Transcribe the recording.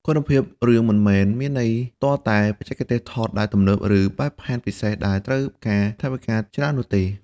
គុណភាពរឿងមិនមែនមានន័យទាល់តែបច្ចេកទេសថតដែលទំនើប ឬបែបផែនពិសេសដែលត្រូវការថវិកាច្រើននោះទេ។